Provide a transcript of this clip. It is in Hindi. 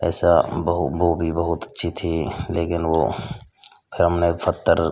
ऐसा बहु वह भी बहुत अच्छी थी लेकिन वह फिर हमने पत्थर